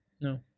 No